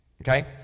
okay